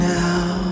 now